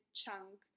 chunk